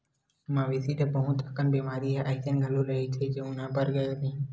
मवेशी ल बहुत अकन बेमारी ह अइसन घलो रहिथे जउन ह बगरय नहिं